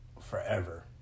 forever